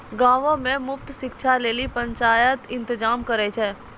गांवो मे मुफ्त शिक्षा लेली पंचायत इंतजाम करै छै